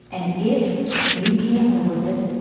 and if you can't live with it,